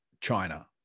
China